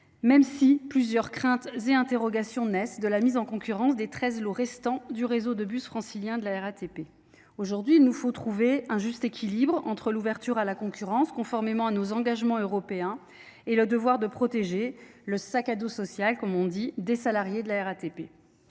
même si plusieurs craintes et interrogations naissent de la mise en concurrence des 13 lots restants du réseau de bus francilien de la RATP. Aujourd’hui, il nous faut trouver un juste équilibre entre l’ouverture à la concurrence, conformément à nos engagements européens, et le devoir de protéger le « sac à dos social » des salariés de la RATP.